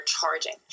charging